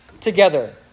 together